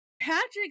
Patrick